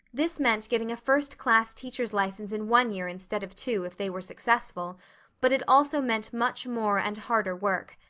this meant getting a first class teacher's license in one year instead of two, if they were successful but it also meant much more and harder work.